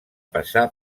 passà